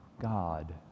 God